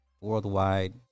worldwide